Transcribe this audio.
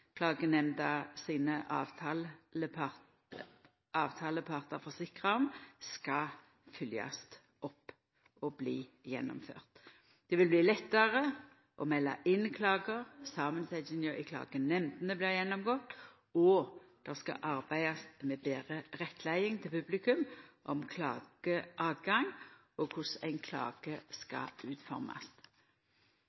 Finansklagenemnda sine avtalepartar forsikrar om skal fylgjast opp og bli gjennomførte. Det vil bli lettare å melda inn klagar, samansetjinga i klagenemndene blir gjennomgått, og det skal arbeidast med betre rettleiing til publikum om klagerett og korleis ein klage